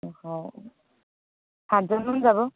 অঁ সাতজনমান যাব